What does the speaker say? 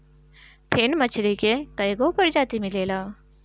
फिन मछरी के कईगो प्रजाति मिलेला